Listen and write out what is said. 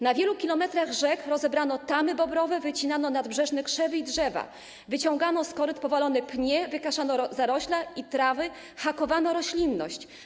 Na wielu kilometrach rzek rozebrano tamy bobrowe, wycinano nadbrzeżne krzewy i drzewa, wyciągano z koryt powalone pnie, wykaszano zarośla i trawy, hakowano roślinność.